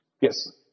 Yes